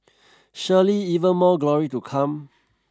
surely even more glory to come